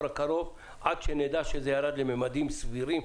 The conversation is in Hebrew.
הקרוב עד שנדע שזה ירד לממדים סבירים,